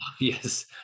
yes